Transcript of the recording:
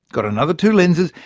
got another two lenses,